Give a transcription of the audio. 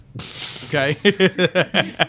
Okay